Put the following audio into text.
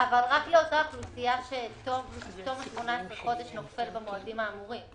-- אבל רק לאותה אוכלוסייה שפטור מ-18 חודש נופל במועדים האמורים.